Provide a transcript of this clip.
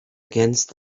against